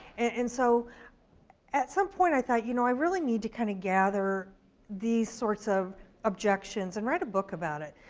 and so at some point, i thought, you know i really need to kind of gather these sorts of objections and write a book about it.